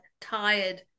tired